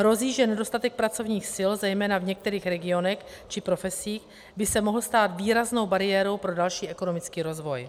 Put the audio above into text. Hrozí, že nedostatek pracovních sil zejména v některých regionech či profesích by se mohl stát výraznou bariérou pro další ekonomický rozvoj.